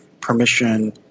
permission